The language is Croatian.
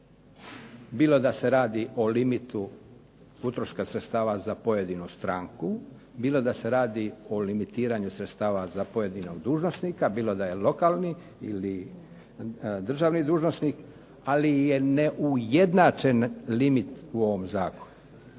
Bilo da se radi o limitu utroška sredstava za pojedinu stranku, bilo da se radi o limitiranju sredstava za pojedinog dužnosnika, bilo da je lokalni ili državni dužnosnik, ali je neujednačen limit u ovom zakonu,